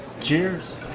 Cheers